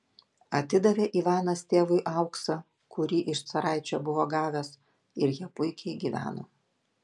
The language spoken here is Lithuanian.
atidavė ivanas tėvui auksą kurį iš caraičio buvo gavęs ir jie puikiai gyveno